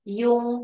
yung